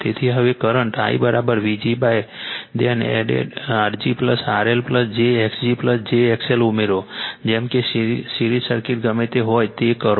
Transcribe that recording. તેથી હવે current IVgR g RL j X g j XL ઉમેરો જેમ કે સિરીઝ સર્કિટ ગમે તે હોય તે કરો